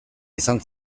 izan